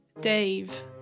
Dave